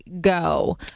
go